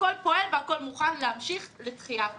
הכול פועל והכול מוכן להמשיך לדחייה שכזאת.